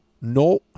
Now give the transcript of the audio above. No